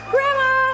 Grandma